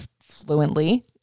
fluently